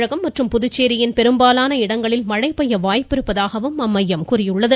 தமிழகம் மற்றும் புதுச்சேரியில் பெரும்பாலான இடங்களில் மழை பெய்ய வாய்ப்பிருப்பதாகவும் அம்மையம் கூறியுள்ளது